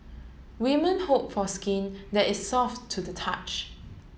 women hope for skin that is soft to the touch